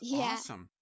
awesome